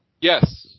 Yes